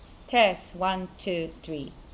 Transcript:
test one two three